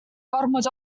gormod